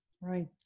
right